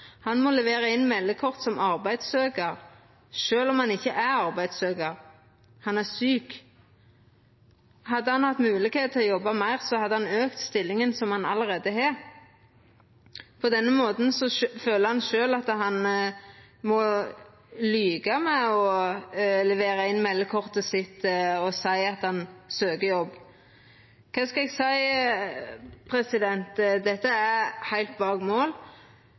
Han må levera inn meldekort som arbeidssøkjar sjølv om han ikkje er arbeidssøkjar. Han er sjuk. Hadde han hatt moglegheit til å jobba meir, hadde han auka stillinga som han allereie har. På denne måten føler han sjølv at han må lyga ved å levera inn meldekortet sitt og seia at han søkjer jobb. Kva skal eg seia? Dette er heilt bak mål.